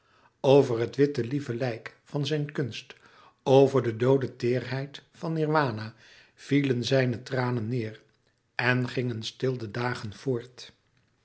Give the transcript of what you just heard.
over het witte lieve lijk van zijn kunst over de doode teêrheid van nirwana vielen zijne tranen neêr en gingen stil de dagen voort